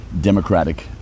Democratic